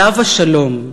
עליו השלום.